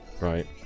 Right